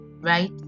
right